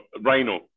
rhino